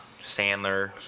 Sandler